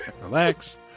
Relax